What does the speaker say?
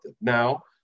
Now